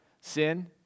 sin